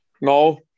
No